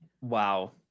Wow